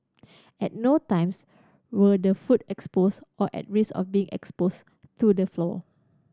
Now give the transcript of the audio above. at no times were the food exposed or at risk of being exposed to the floor